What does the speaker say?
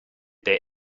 they